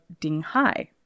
Dinghai